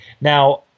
now